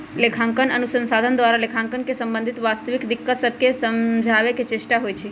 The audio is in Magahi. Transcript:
लेखांकन अनुसंधान द्वारा लेखांकन से संबंधित वास्तविक दिक्कत सभके समझाबे के चेष्टा होइ छइ